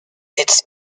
its